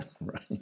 right